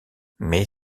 mais